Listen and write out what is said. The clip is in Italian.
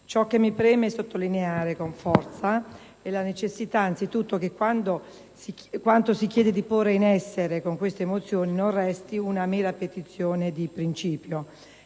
Ciò che mi preme sottolineare con forza è in primo luogo la necessità che quanto si chiede di porre in essere con queste mozioni non resti una mera petizione di principio.